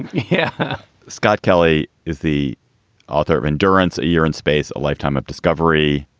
yeah scott kelly is the author of endurance a year in space a lifetime of discovery.